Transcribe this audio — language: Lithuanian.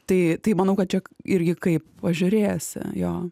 tai manau kad čia irgi kaip pažiūrėsi jo